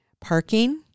parking